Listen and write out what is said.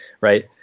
right